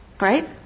Right